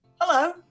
Hello